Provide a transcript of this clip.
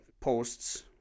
posts